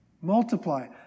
multiply